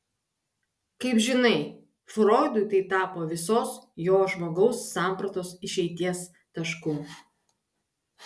kaip žinai froidui tai tapo visos jo žmogaus sampratos išeities tašku